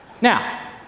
Now